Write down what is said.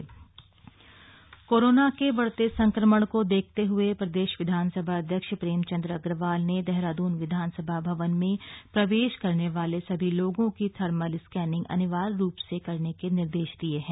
विधानसभा भवन कोरोना के बढ़ते संक्रमण को देखते हुए प्रदेश विधानसभा अध्यक्ष प्रेमचंद अग्रवाल ने देहरादून विधानसभा भवन में प्रवेश करने वाले सभी लोगों की थर्मल स्कैनिंग अनिवार्य रूप से करने के निर्देश दिये हैं